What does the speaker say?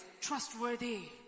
trustworthy